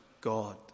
God